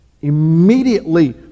Immediately